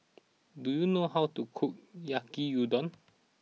do you know how to cook Yaki Udon